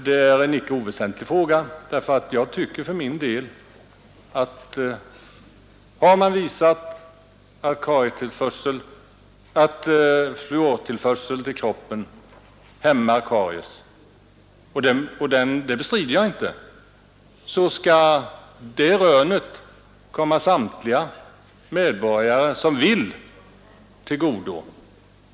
Det är en icke oväsentlig fråga. Om man har kunnat påvisa att fluortillförseln till kroppen hämmar karies — och det bestrider jag inte — så skall de rönen komma samtliga medborgare till godo som önskar detta.